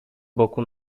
boku